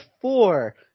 four